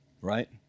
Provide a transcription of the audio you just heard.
right